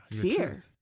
fear